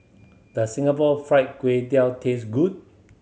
does Singapore Fried Kway Tiao taste good